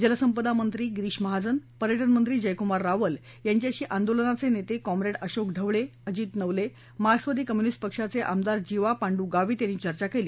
जलसंपदा मंत्री गिरीश महाजन पर्यात मंत्री जयकुमार रावल यांच्याशी आंदोलनाचे नेते कॉम्रेड अशोक ढवळे अजित नवले मार्क्सवादी कम्युनिस्त्रामक्षाचे आमदार जीवा पांडू गावित यांनी चर्चा केली